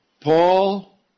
Paul